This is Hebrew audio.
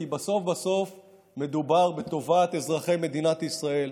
כי בסוף בסוף מדובר בטובת אזרחי מדינת ישראל,